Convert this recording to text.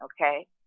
okay